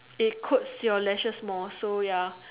it coats your lashes more so ya